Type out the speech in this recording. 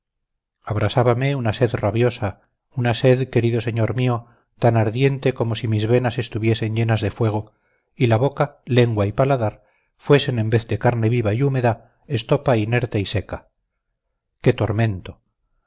abrasábame una sed rabiosa una sed querido señor mío tan ardiente como si mis venas estuviesen llenas de fuego y la boca lengua y paladar fuesen en vez de carne viva y húmeda estopa inerte y seca qué tormento